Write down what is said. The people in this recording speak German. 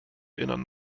erinnern